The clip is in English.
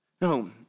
no